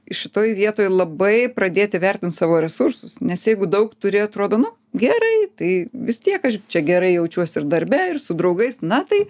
šitoj vietoj labai pradėti vertint savo resursus nes jeigu daug turi atrodo nu gerai tai vis tiek aš čia gerai jaučiuos ir darbe ir su draugais na tai